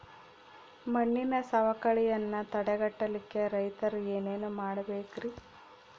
ಮಣ್ಣಿನ ಸವಕಳಿಯನ್ನ ತಡೆಗಟ್ಟಲಿಕ್ಕೆ ರೈತರು ಏನೇನು ಮಾಡಬೇಕರಿ?